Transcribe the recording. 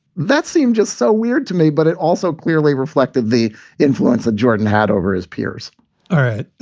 that seem just so weird to me. but it also clearly reflected the influence that jordan had over his peers all right,